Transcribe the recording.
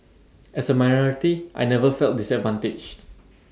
as A minority I never felt disadvantaged